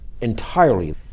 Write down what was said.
entirely